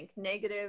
negative